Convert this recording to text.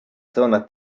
zona